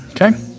Okay